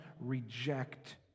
reject